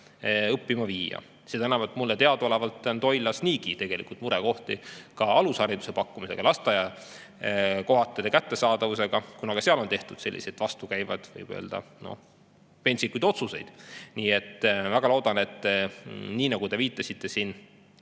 õppima viia. Seda enam, et mulle teadaolevalt on Toilas niigi murekohti ka alushariduse pakkumises, lasteaiakohtade kättesaadavuses, kuna seal on tehtud selliseid vastukäivaid, võib öelda, pentsikuid otsuseid. Nii et ma väga loodan, et nii nagu te viitasite siin